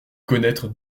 connaître